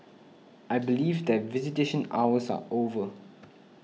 I believe that visitation hours are over